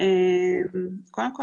קודם כל,